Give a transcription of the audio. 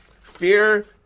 Fear